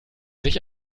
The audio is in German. sich